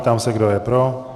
Ptám se, kdo je pro.